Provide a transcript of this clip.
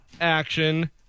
action